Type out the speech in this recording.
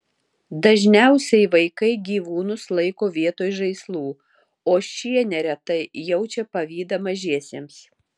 dažniausiai vaikai gyvūnus laiko vietoj žaislų o šie neretai jaučia pavydą mažiesiems